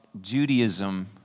Judaism